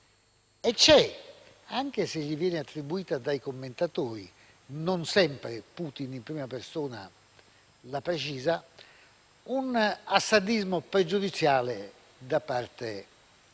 c'è, anche se gli viene attribuito dai commentatori - non sempre Putin in prima persona lo precisa - un "assadismo" pregiudiziale da parte di